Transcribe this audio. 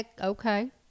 okay